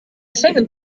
schengen